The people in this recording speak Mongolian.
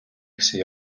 гэсэн